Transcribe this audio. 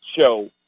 Show